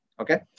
Okay